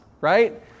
right